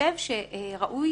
חושב שראוי